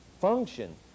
function